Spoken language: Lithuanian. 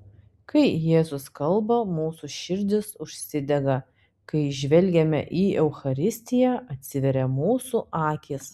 kai jėzus kalba mūsų širdys užsidega kai žvelgiame į eucharistiją atsiveria mūsų akys